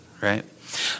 Right